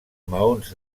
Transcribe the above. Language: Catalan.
maons